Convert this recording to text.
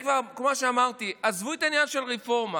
כמו שאמרתי, עזבו את העניין של הרפורמה.